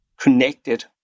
connected